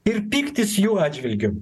ir pyktis jų atžvilgiu